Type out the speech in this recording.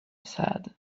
said